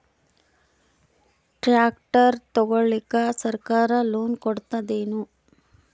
Tractor ತಗೊಳಿಕ ಸರ್ಕಾರ loan ಕೊಡತದೇನು?